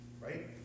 right